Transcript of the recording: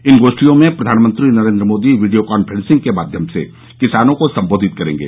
इन गोष्ठियों में प्रधानमंत्री नरेन्द्र मोदी वीडियो कांफ्रेंसिंग के माध्यम से किसानों को संबोधित करेंगे